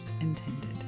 intended